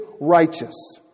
righteous